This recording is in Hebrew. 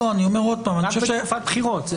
אנחנו בתקופת בחירות.